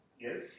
Yes